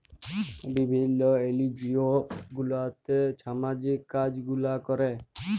বিভিল্ল্য এলজিও গুলাতে ছামাজিক কাজ গুলা ক্যরে